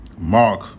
Mark